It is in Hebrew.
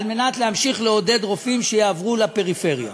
כדי להמשיך לעודד רופאים שיעברו לפריפריה.